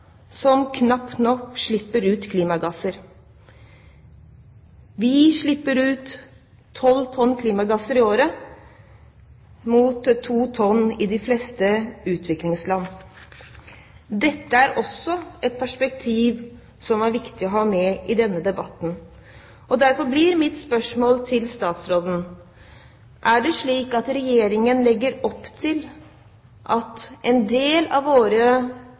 som knapt nok slipper ut klimagasser. Vi slipper ut 12 tonn klimagasser i året, de fleste utviklingsland 2 tonn. Dette er også et perspektiv som er viktig å ha med i denne debatten. Derfor blir mitt spørsmål til statsråden: Er det slik at Regjeringen legger opp til at en del av våre